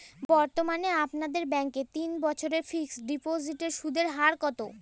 বর্তমানে আপনাদের ব্যাঙ্কে তিন বছরের ফিক্সট ডিপোজিটের সুদের হার কত?